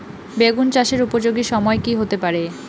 বেগুন চাষের উপযোগী সময় কি হতে পারে?